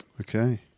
Okay